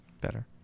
better